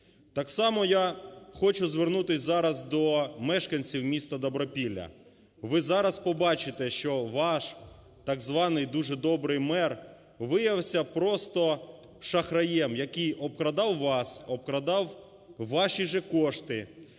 Так само я хочу звернутись зараз до мешканців містаДобропілля. Ви зараз побачите, що ваш так званий дуже добрий мер виявився просто шахраєм, який обкрадав вас, обкрадав ваші ж кошти.